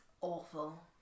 awful